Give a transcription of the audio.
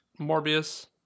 Morbius